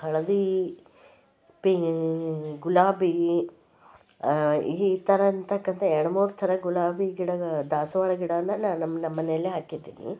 ಹಳದಿ ಪಿ ಗುಲಾಬಿ ಈ ಥರ ಅಂಥಕ್ಕಂಥ ಎರಡು ಮೂರು ಥರ ಗುಲಾಬಿ ಗಿಡಗಳು ದಾಸವಾಳ ಗಿಡವನ್ನ ನಾ ನಮ್ಮ ನಮ್ಮಮನೆಯಲ್ಲಿ ಹಾಕಿದ್ದೀನಿ